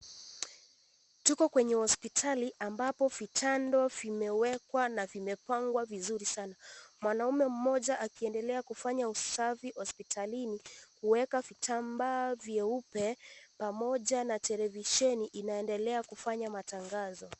Tuko kwenye hospitali ambapo vitanda vimewekwa na vimepangwa vizuri sana. Mwanaume mmoja akiendelea kufanya usafi hospitalini kuweka vitambaa vyeupe pamoja na televisheni inaendelea kufanya matangazo.